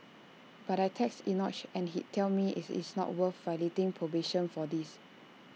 but I'd text Enoch and he'd tell me IT is not worth violating probation for this